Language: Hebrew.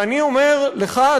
ואני אומר לך,